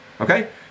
Okay